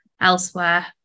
elsewhere